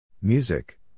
Music